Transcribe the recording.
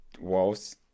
walls